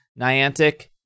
Niantic